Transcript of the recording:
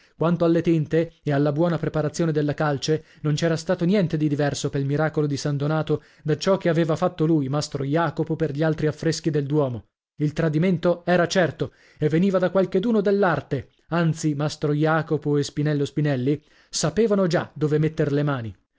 quanto alle tinte e alla buona preparazione della calce non c'era stato niente di diverso pel miracolo di san donato da ciò che aveva fatto lui mastro jacopo per gli altri affreschi del duomo il tradimento era certo e veniva da qualcheduno dell'arte anzi mastro jacopo e spinello spinelli sapevano già dove metter le mani